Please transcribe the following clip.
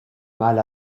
mal